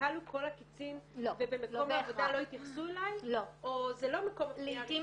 כשכלו כל הקיצים ובמקום העבודה לא יתייחסו אליי או זה לא מקום --- לעתים